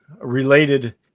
related